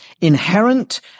inherent